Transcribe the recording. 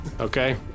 Okay